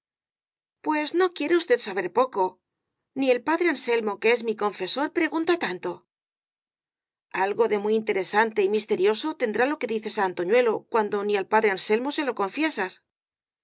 pues no quiere usted saber poco ni el padre anselmo que es mi confesor pregunta tanto algo de muy interesante y misterioso tendrá lo que dices á antoñuelo cuando ni al padre an selmo se lo confiesas